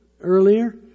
earlier